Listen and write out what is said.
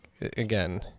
again